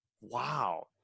wow